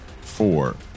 four